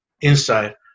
inside